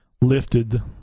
lifted